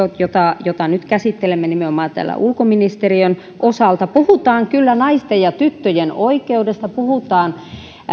jota jota nyt nimenomaan käsittelemme täällä ulkoministeriön osalta puhutaan kyllä naisten ja tyttöjen oikeuksista puhutaan